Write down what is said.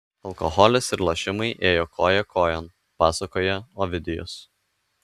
alkoholis ir lošimai ėjo koja kojon pasakoja ovidijus